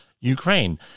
Ukraine